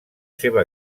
seva